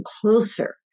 closer